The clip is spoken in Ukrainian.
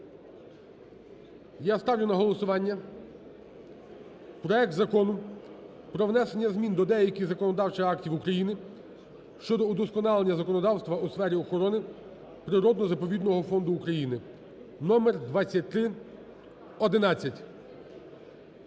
Я ставлю на голосування проект Закону про внесення змін до деяких законодавчих актів України щодо удосконалення законодавства у сфері охорони природно-заповідного фонду України (номер 2311).